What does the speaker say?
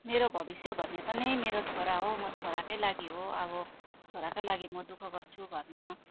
मेरो भविष्य भनेको नै मेरो छोरा हो म छोराकै लागि हो अब छोराको लागि म दुःख गर्छु घरमा